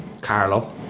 Carlo